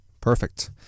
Perfect